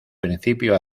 principio